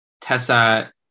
Tessa